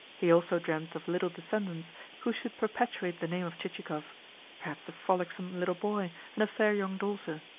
he also dreamed of little descendants who should perpetuate the name of chichikov perhaps a frolicsome little boy and a fair young daughter,